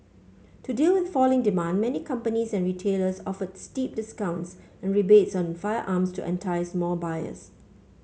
to deal with falling demand many companies and retailers offered steep discounts and rebates on firearms to entice more buyers